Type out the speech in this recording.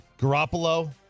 Garoppolo